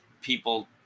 people